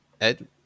Ed